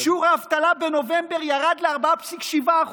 שיעור האבטלה בנובמבר ירד ל-4.7%.